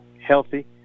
healthy